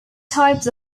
types